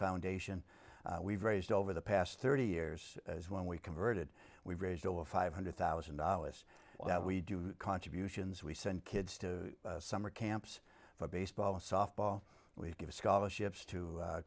foundation we've raised over the past thirty years as when we converted we raised over five hundred thousand dollars we do contributions we send kids to summer camps for baseball softball we've given scholarships to